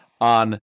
on